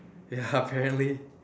ya apparently